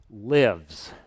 lives